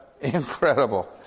incredible